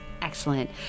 Excellent